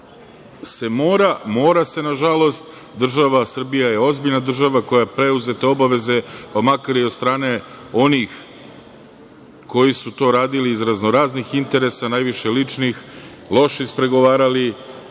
se mora? Mora se nažalost. Država Srbija je ozbiljna država koja je preuzete obaveze, pa makar i od strane onih koji su to radili iz raznoraznih interesa, a najviše ličnih, loše ispregovarali,